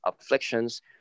afflictions